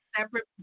separate